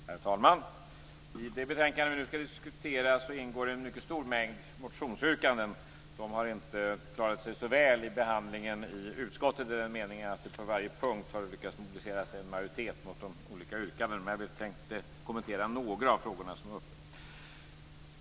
Herr talman! I det betänkande vi nu skall diskutera ingår en stor mängd motionsyrkanden. De har inte klarat sig så väl i behandlingen i utskottet i den meningen att det på varje punkt har lyckats mobilisera sig en majoritet mot de olika yrkandena. Jag tänkte ändå kommentera några av de frågor som har kommit upp.